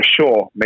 sure